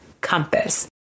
compass